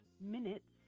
minutes